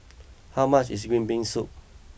how much is green bean soup